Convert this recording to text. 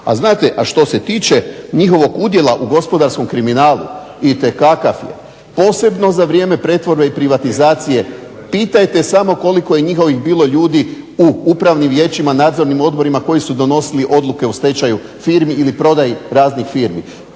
u Hrvatsku. A što se tiče njihovog udjela u gospodarskom kriminalu, itekakav je, posebno za vrijeme pretvorbe i privatizacije. Pitajte samo koliko je njihovih bilo ljudi u upravnim vijećima, nadzornim odborima koji su donosili odluke o stečaju firmi ili prodaji raznih firmi.